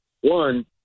One